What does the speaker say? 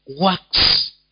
works